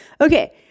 Okay